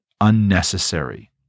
unnecessary